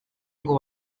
ngo